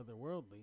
otherworldly